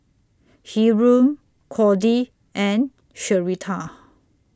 Hyrum Cordie and Sherita